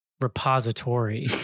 repository